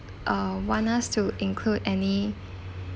uh want us to include any